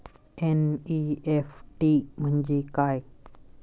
NEFT म्हणजे काय?